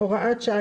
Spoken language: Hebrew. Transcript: (הוראת שעה),